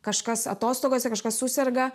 kažkas atostogose kažkas suserga